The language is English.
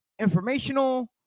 informational